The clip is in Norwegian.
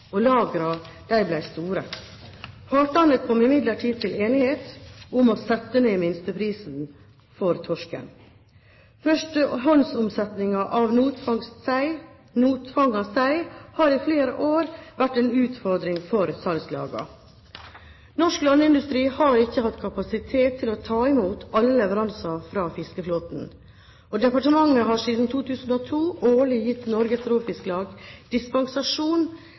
store. Partene kom imidlertid til enighet om å sette ned minsteprisen for torsk. Førstehåndsomsetningen av notfanget sei har i flere år vært en utfordring for salgslagene. Norsk landindustri har ikke hatt kapasitet til å ta imot alle leveranser fra fiskeflåten. Departementet har siden 2002 årlig gitt Norges Råfisklag dispensasjon